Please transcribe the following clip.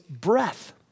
breath